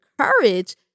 courage